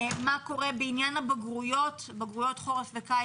מה קורה בעניין בגרויות חורף וקיץ,